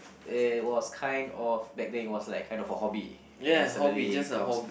it was kind of back then it was like kind of a hobby and then suddenly it becomes